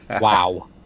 Wow